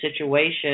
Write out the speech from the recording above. situation